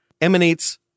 emanates